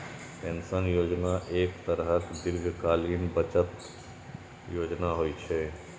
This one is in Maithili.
पेंशन योजना एक तरहक दीर्घकालीन बचत योजना होइ छै